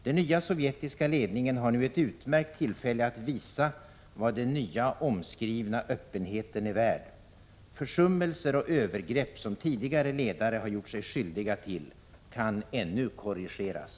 Den nya sovjetiska ledningen har nu ett utmärkt tillfälle att visa vad den så omskrivna öppenheten är värd. Försummelser och övergrepp som tidigare ledare har gjort sig skyldiga till kan ännu korrigeras.